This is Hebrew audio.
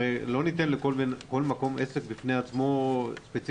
הרי לא ניתן לכל מקום עסק בפני עצמו ספציפית,